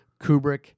Kubrick